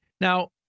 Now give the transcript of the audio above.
Now